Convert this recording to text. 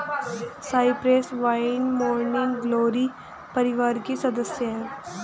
Cyprus vine morning glory परिवार की सदस्य हैं